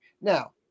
Now